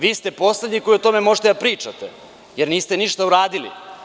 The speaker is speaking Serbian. Vi ste poslednji koji o tome možete da pričate, jer niste ništa uradili.